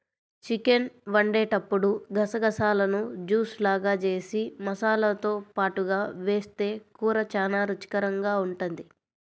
chicken వండేటప్పుడు గసగసాలను juice లాగా జేసి మసాలాతో పాటుగా వేస్తె కూర చానా రుచికరంగా ఉంటది